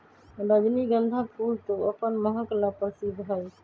रजनीगंधा फूल तो अपन महक ला प्रसिद्ध हई